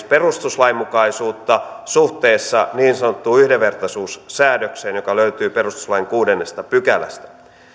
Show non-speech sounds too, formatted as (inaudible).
(unintelligible) perustuslainmukaisuutta suhteessa niin sanottuun yhdenvertaisuussäädökseen joka löytyy perustuslain kuudennesta pykälästä